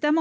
tend